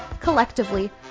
Collectively